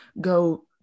go